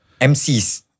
MCs